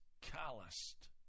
calloused